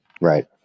Right